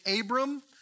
Abram